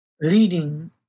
leading